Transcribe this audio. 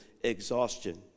exhaustion